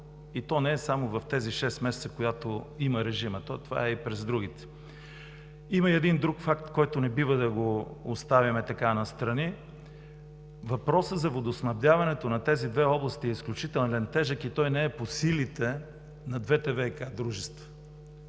и то не само в тези шест месеца, когато има режим, това е и през другите. Има и един друг факт, който не бива да оставяме настрани – въпроса за водоснабдяването на тези две области е изключително тежък и той не е по силите на двете ВиК дружества.